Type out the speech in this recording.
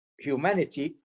Humanity